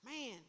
man